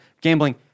gambling